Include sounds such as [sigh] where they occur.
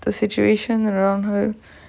the situation around her [breath]